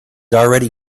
already